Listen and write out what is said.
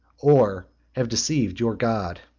or have deceived your god.